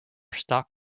stark